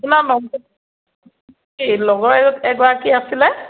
আপোনাৰ নম্বৰটো এই লগৰ এগৰাকীৰ আছিলে